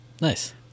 Nice